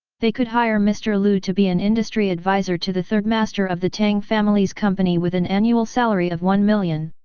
they could hire mister liu to be an industry adviser to the third master of the tang family's company with an annual salary of one million.